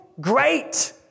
great